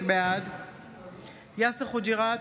בעד יאסר חוג'יראת,